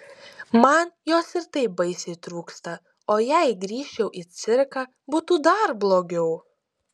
man jos ir taip baisiai trūksta o jei grįžčiau į cirką būtų dar blogiau